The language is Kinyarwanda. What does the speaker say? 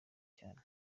cyane